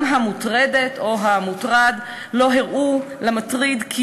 וגם אם המוטרדת או המוטרד לא הראו למטריד כי